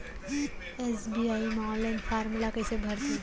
SBI म online form ल कइसे भरथे?